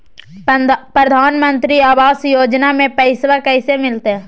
प्रधानमंत्री आवास योजना में पैसबा कैसे मिलते?